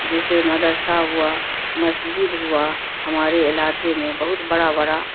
جیسے مدرسہ ہوا مسجد ہوا ہمارے علاقے میں بہت بڑا بڑا